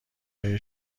های